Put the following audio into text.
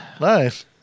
Nice